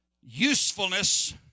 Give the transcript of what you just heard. usefulness